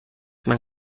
man